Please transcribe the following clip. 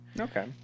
Okay